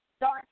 dark